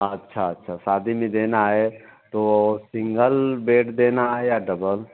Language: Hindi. अच्छा अच्छा शादी में देना है तो सिंगल बेड देना है या डबल